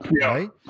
right